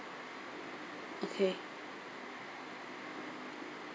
okay